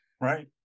Right